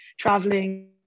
traveling